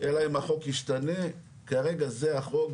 אלא אם החוק ישתנה, כרגע זה החוק.